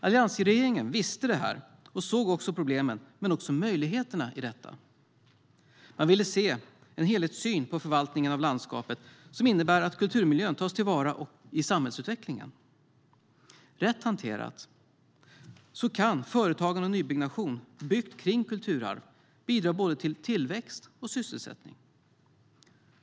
Alliansregeringen visste detta och såg problemen men också möjligheterna i detta. Man ville ha en helhetssyn på förvaltningen av landskapet som innebär att kulturmiljön tas till vara i samhällsutvecklingen. Rätt hanterat kan företagande och nybyggnation, byggt kring kulturarv, bidra till både tillväxt och sysselsättning.